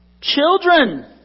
Children